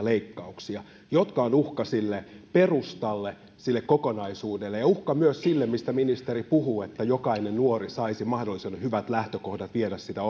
leikkauksia jotka ovat uhka sille perustalle ja sille kokonaisuudelle ja uhka myös sille mistä ministeri puhuu että jokainen nuori saisi mahdollisimman hyvät lähtökohdat viedä sitä